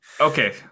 Okay